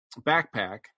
backpack